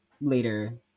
later